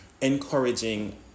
encouraging